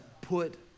put